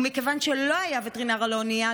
ומכיוון שלא היה וטרינר על האונייה,